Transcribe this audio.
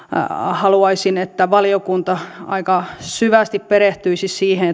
haluaisin että valiokunta aika syvästi perehtyisi siihen